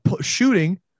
shooting